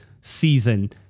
season